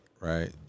Right